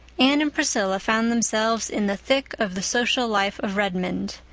anne and priscilla found themselves in the thick of the social life of redmond.